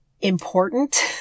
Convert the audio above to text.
important